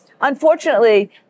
Unfortunately